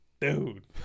dude